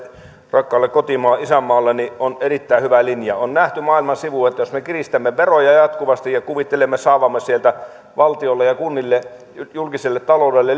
rakkaalle isänmaalle on erittäin hyvä linja on nähty maailman sivu että jos me kiristämme veroja jatkuvasti ja kuvittelemme saavamme sieltä valtiolle ja kunnille julkiselle taloudelle